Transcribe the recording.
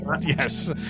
Yes